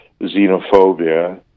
xenophobia